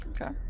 Okay